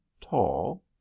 tall